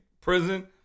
prison